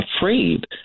afraid